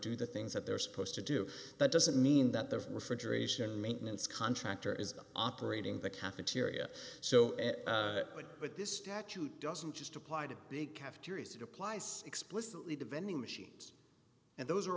do the things that they're supposed to do that doesn't mean that the refrigeration maintenance contractor is operating the cafeteria so but this statute doesn't just apply to the cafeterias it applies explicitly the vending machines and those are